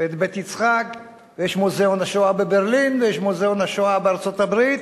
ובית-יצחק ויש מוזיאון השואה בברלין ויש מוזיאון השואה בארצות-הברית.